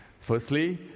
Firstly